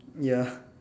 ya